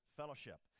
fellowship